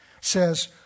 says